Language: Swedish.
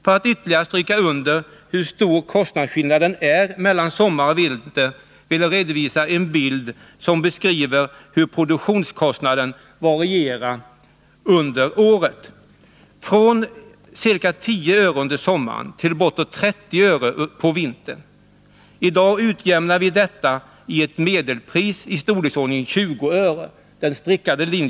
För att ytterligare stryka under hur stor kostnadsskillnaden är mellan sommar och vinter, vill jag på kammarens bildskärm visa en bild som anger hur produktionskostnaden varierar under året — från ca 10 öre kWh på vintern. I dag jämnar vi ut detta och bestämmer ett medelpris av storleksordningen 20 öre/kWh.